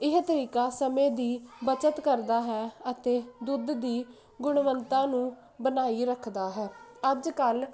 ਇਹ ਤਰੀਕਾ ਸਮੇਂ ਦੀ ਬਚਤ ਕਰਦਾ ਹੈ ਅਤੇ ਦੁੱਧ ਦੀ ਗੁਣਵੰਤਾ ਨੂੰ ਬਣਾਈ ਰੱਖਦਾ ਹੈ ਅੱਜ ਕੱਲ